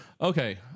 Okay